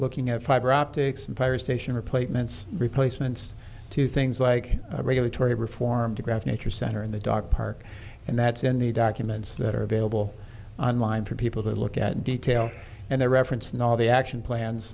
looking at fiberoptics and fire station replacements replacements to things like regulatory reform digraph nature center in the dog park and that's in the documents that are available online for people to look at detail and the reference and all the action plans